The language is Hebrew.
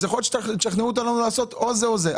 אז יכול להיות שתשכנעו אותנו לעשות או זה או זה.